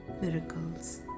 miracles